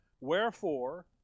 Wherefore